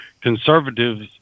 conservatives